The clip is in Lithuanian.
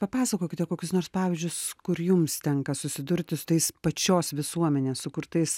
papasakokite kokius nors pavyzdžius kur jums tenka susidurti su tais pačios visuomenės sukurtais